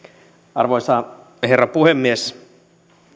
arvoisa herra puhemies